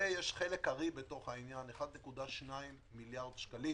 ויש חלק ארי בתוך העניין 1.2 מיליארד שקלים